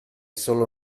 solo